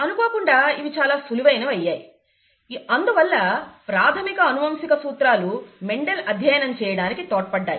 అనుకోకుండా ఇవి చాలా సులువైనవి అయ్యాయి అందువల్ల ప్రాథమిక అనువంశిక సూత్రాలు మెండల్ అధ్యయనం చేయడానికి తోడ్పడ్డాయి